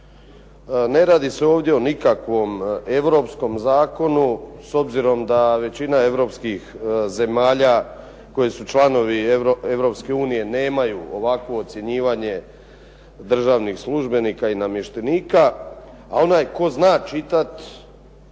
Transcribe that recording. Ne radi se ovdje o nikakvom europskom zakonu, s obzirom da većina europskih zemalja koje su članice Europske unije nemaju ovakvo ocjenjivanje državnih službenika i namještenika a onaj tko zna čitat,